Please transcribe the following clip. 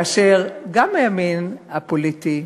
כאשר גם הימין הפוליטי,